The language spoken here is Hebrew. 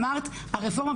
אמרת הרפורמה,